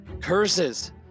Curses